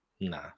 Nah